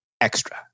extra